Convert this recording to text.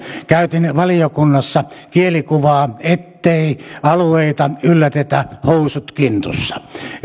käytin valiokunnassa kielikuvaa ettei alueita yllätetä housut kintuissa